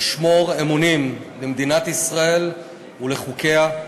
לשמור אמונים למדינת ישראל ולחוקיה,